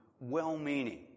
well-meaning